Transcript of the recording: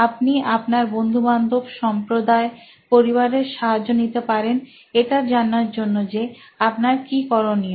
আপনি আপনার বন্ধুবান্ধব সম্প্রদায় পরিবারের সাহায্য নিতে পারেন এটা জানার জন্য যে আপনার কি করণীয়